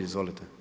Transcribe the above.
Izvolite.